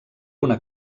una